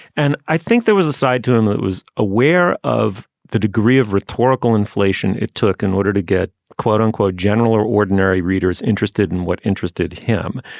and i think there was a side to him that was aware of the degree of rhetorical inflation it took in order to get, quote unquote, general or ordinary readers interested in what interested him.